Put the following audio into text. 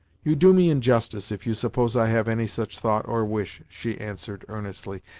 you do me injustice if you suppose i have any such thought, or wish, she answered, earnestly.